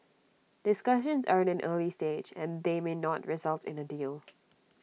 discussions are at an early stage and they may not result in A deal